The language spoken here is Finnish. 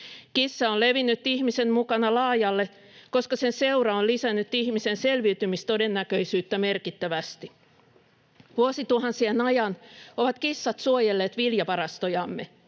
Kissa on levinnyt ihmisen mukana laajalle, koska sen seura on lisännyt ihmisen selviytymistodennäköisyyttä merkittävästi. Vuosituhansien ajan ovat kissat suojelleet viljavarastojamme.